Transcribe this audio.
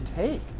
take